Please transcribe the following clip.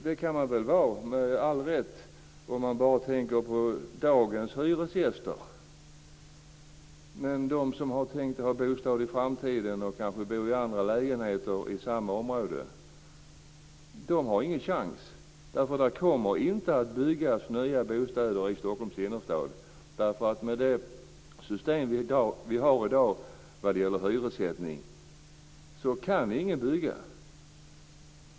Det kan man väl ha all rätt att vara, om man bara tänker på dagens hyresgäster, men de som vill ha en bostad i framtiden och sådana som behöver en annan lägenhet inom samma område får ingen chans till detta, om det inte kommer att byggas några nya bostäder i Stockholms innerstad, och med det system för hyressättning som vi har i dag kan ingen bygga.